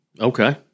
Okay